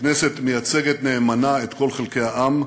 הכנסת מייצגת נאמנה את כל חלקי העם,